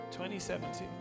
2017